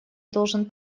должен